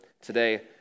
today